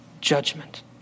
judgment